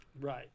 right